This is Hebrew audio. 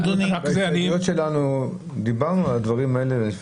בהסתייגויות שלנו דיברנו על הדברים האלה.